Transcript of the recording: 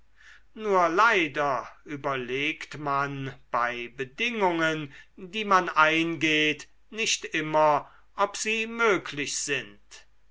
nur leider überlegt man bei bedingungen die man eingeht nicht immer ob sie möglich sind